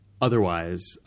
otherwise